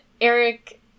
Eric